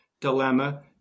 dilemma